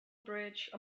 bridge